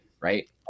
right